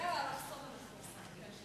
בגלל האלכסון המפורסם.